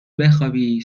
بخوابی